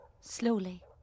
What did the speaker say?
Slowly